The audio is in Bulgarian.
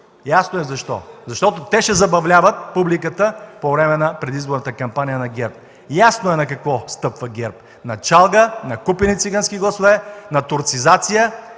ясно е защо, защото те ще забавляват публиката по време на предизборната кампания на ГЕРБ. Ясно е на какво стъпва ГЕРБ – на чалга, на купени цигански гласове, на турцизация